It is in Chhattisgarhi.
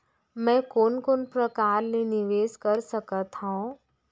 मैं कोन कोन प्रकार ले निवेश कर सकत हओं?